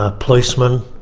ah policemen,